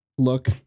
Look